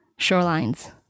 shorelines